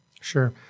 Sure